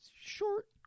short